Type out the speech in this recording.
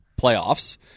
playoffs